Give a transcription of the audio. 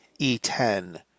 e10